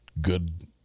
good